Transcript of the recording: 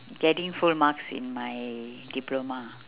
getting full marks in my diploma